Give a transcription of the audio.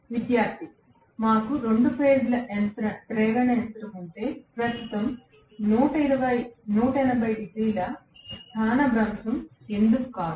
విద్యార్థి మాకు రెండు ఫేజ్ల ప్రేరణ యంత్రం ఉంటే ప్రస్తుతము 180 డిగ్రీల స్థానభ్రంశం ఎందుకు కాదు